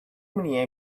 many